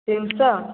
ତିନିଶହ